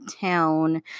town